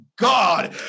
God